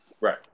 Right